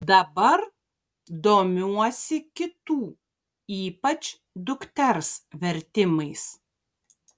dabar domiuosi kitų ypač dukters vertimais